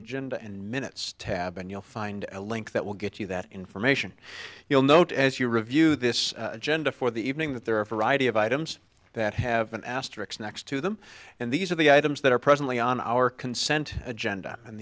agenda and minutes tab and you'll find a link that will get you that information you'll note as you review this agenda for the evening that there are a variety of items that have an asterix next to them and these are the items that are presently on our consent agenda and